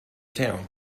town